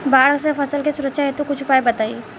बाढ़ से फसल के सुरक्षा हेतु कुछ उपाय बताई?